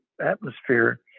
atmosphere